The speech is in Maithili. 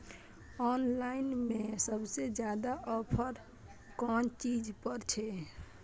ऑनलाइन में सबसे ज्यादा ऑफर कोन चीज पर छे?